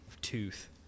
tooth